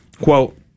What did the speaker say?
quote